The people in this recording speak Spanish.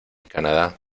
canadá